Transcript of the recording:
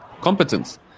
competence